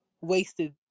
wasted